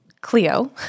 Cleo